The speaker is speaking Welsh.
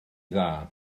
dda